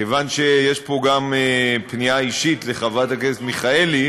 כיוון שיש פה גם פנייה אישית לחברת הכנסת מיכאלי,